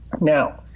now